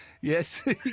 Yes